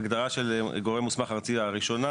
ההגדרה של גורם מוסמך ארצי הראשונה